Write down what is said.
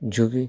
जोकि